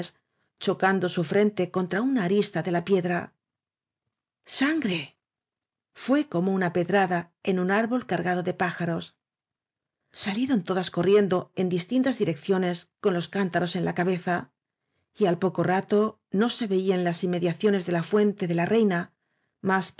chocando su frente contra una arista de la piedra sangre fué como una pedrada en un salieron todas coárbol cardado de pájaros rriendo en distintas direcciones con los cántarosen la cabeza y al poco rato no se veía en lasinmediaciones de la fuente de la reina